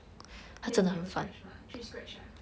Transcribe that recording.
then 你有 scratch mah 去 scratch lah